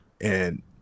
and-